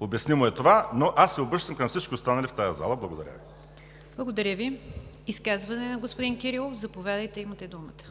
обяснимо е това, но аз се обръщам към всички останали в тази зала. Благодаря Ви. ПРЕДСЕДАТЕЛ НИГЯР ДЖАФЕР: Благодаря Ви. Изказване на господин Кирилов – заповядайте, имате думата.